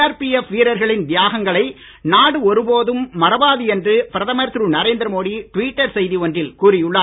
CRPF வீரர்களின் தியாகங்களை நாடு ஒருபோதும் மறவாது என்று பிரதமர் திரு நரேந்திர மோடி டுவிட்டர் செய்தி ஒன்றில் கூறி உள்ளார்